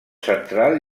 central